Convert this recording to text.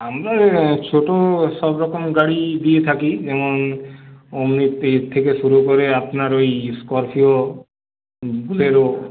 আমরা ছোট সবরকমের গাড়িই দিয়ে থাকি যেমন ওমনি এ থেকে শুরু করে আপনার ওই স্করপিও বুলেরো